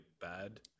bad